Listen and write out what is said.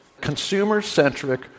Consumer-centric